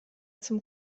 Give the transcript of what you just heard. zum